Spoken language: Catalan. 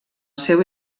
seu